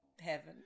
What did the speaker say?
Heaven